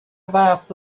fath